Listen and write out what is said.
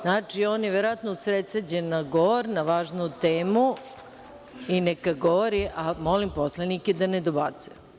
Znači, on je verovatno usresređen na govor, na važnu temu i neka govori, a molim poslanike da ne dobacuju.